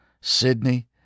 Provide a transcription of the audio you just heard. Sydney